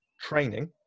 training